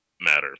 matter